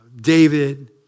David